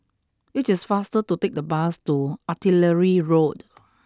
it is faster to take the bus to Artillery Road